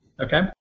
Okay